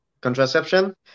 contraception